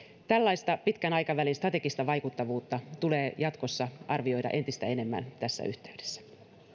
tällaista pitkän aikavälin strategista vaikuttavuutta tulee jatkossa arvioida entistä enemmän tässä yhteydessä